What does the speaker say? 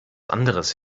anderes